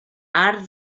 arc